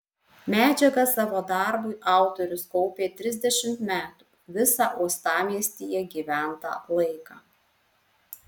medžiagą savo darbui autorius kaupė trisdešimt metų visą uostamiestyje gyventą laiką